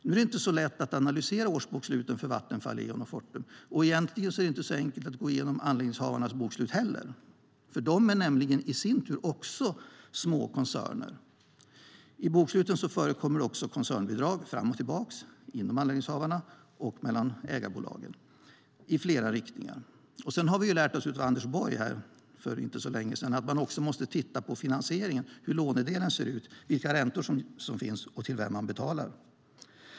Nu är det inte så lätt att analysera årsboksluten för Vattenfall, Eon och Fortum. Egentligen är det inte så enkelt att gå igenom anläggningshavarnas bokslut heller. De är nämligen i sin tur också små koncerner. I boksluten förekommer också koncernbidrag fram och tillbaka inom anläggningshavarna och mellan ägarbolagen i flera riktningar. Vi lärde oss av Anders Borg för inte så länge sedan att vi också måste titta på hur lånedelen i finansieringen ser ut, det vill säga räntorna och till vem vi betalar.